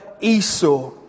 Esau